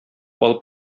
алып